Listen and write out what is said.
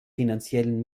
finanziellen